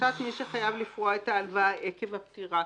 לבקשת מי שחייב לפרוע את ההלוואה עקב הפטירה,